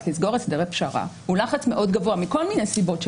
לסגור הסדרי פשרה הוא לחץ מאוד גבוה מכל מיני סיבות.